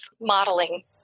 modeling